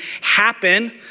happen